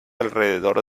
alrededor